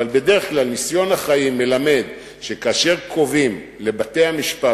אבל בדרך כלל ניסיון החיים מלמד שכאשר קובעים לבתי-המשפט